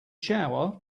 shower